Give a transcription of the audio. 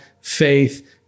faith